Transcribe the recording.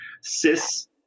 cis